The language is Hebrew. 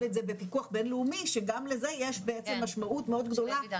את זה בפיקוח בינלאומי שגם לזה יש בעצם משמעות מאוד גדולה.